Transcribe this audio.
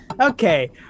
Okay